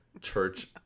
church